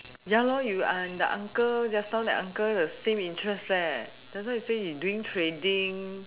ya you are in the uncle just now that uncle the same interest just now you say you doing trading